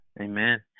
Amen